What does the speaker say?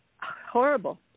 Horrible